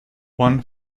one